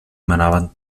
manaven